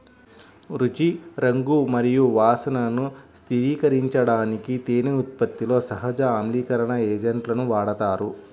రుచి, రంగు మరియు వాసనను స్థిరీకరించడానికి తేనె ఉత్పత్తిలో సహజ ఆమ్లీకరణ ఏజెంట్లను వాడతారు